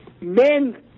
Men